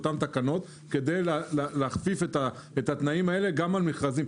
כדי להכפיף את התנאים האלה גם על מכרזים.